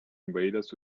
invaders